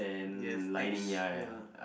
you have ex ya